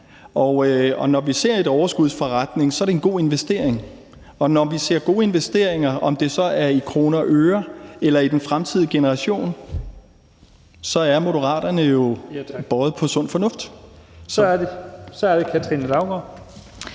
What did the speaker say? Og når vi ser en overskudsforretning, så er det en god investering, og når vi ser gode investeringer, om det så er i kroner og øre eller i den fremtidige generation, så er Moderaterne jo båret af sund fornuft. Kl. 12:14 Første